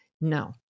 No